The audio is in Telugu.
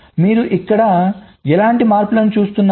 మీరు ఇక్కడ ఎలాంటి మార్పులను చూస్తున్నారు